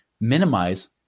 minimize